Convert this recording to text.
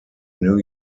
new